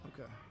Okay